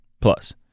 Plus